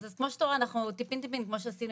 כל פעם קצת,